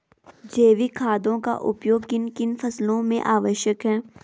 जैविक खादों का उपयोग किन किन फसलों में आवश्यक है?